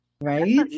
right